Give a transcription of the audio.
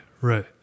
right